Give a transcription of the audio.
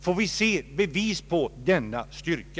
Får vi se bevis på denna styrka.